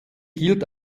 gilt